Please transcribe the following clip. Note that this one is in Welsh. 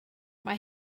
mae